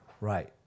Right